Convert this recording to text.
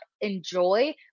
enjoy